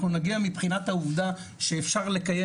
אנחנו נגיע מבחינת העובדה שאפשר לקיים